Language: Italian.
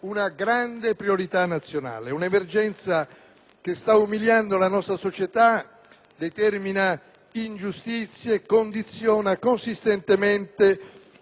determina ingiustizie e condiziona consistentemente le nostre possibilità di sviluppo economico, cosa particolarmente grave